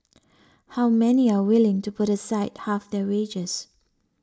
how many are willing to put aside half their wages